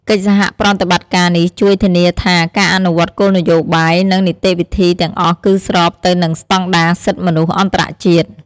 កិច្ចសហប្រតិបត្តិការនេះជួយធានាថា ការអនុវត្តគោលនយោបាយ និងនីតិវិធីទាំងអស់គឺស្របទៅនឹងស្តង់ដារសិទ្ធិមនុស្សអន្តរជាតិ។